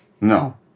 No